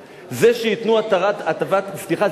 סליחה,